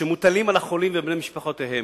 שמוטלות על החולים ובני משפחותיהם.